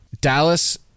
Dallas